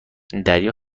دریا